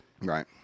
Right